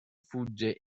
fugge